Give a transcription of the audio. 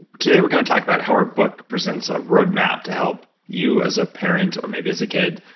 today we're gonna talk about how her book presents a roadmap to help you as a parent, or maybe as a kid,